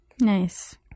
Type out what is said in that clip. Nice